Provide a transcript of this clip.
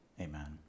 Amen